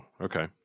Okay